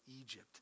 Egypt